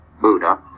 buddha